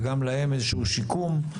וגם להם איזשהו שיקום.